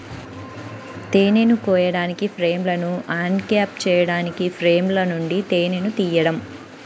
తేనెను కోయడానికి, ఫ్రేమ్లను అన్క్యాప్ చేయడానికి ఫ్రేమ్ల నుండి తేనెను తీయడం